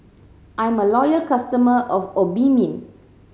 I'm a loyal customer of Obimin